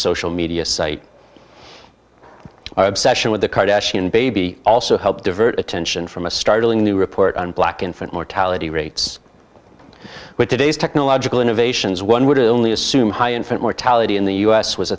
social media site our obsession with the cardassian baby also helped divert attention from a startling new report on black infant mortality rates with today's technological innovations one would only assume high infant mortality in the us was